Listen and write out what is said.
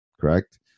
correct